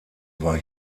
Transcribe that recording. war